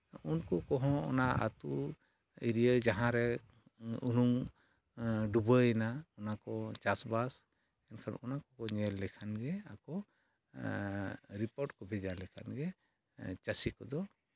ᱩᱱᱠᱩ ᱠᱚᱦᱚᱸ ᱚᱱᱟ ᱟᱹᱛᱩ ᱮᱨᱤᱭᱟ ᱡᱟᱦᱟᱸ ᱨᱮ ᱚᱱᱟ ᱩᱱᱩᱢ ᱰᱩᱵᱟᱹᱭᱱᱟ ᱚᱱᱟ ᱠᱚ ᱪᱟᱥᱵᱟᱥ ᱮᱱᱠᱷᱟᱱ ᱚᱱᱟ ᱠᱚᱠᱚ ᱲᱮᱞ ᱞᱮᱠᱷᱟᱱ ᱜᱮ ᱟᱠᱚ ᱨᱤᱯᱳᱴ ᱠᱚ ᱵᱷᱮᱡᱟ ᱞᱮᱠᱷᱟᱱ ᱜᱮ ᱪᱟᱹᱥᱤ ᱠᱚᱫᱚ